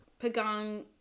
Pagong